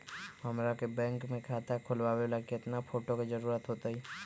हमरा के बैंक में खाता खोलबाबे ला केतना फोटो के जरूरत होतई?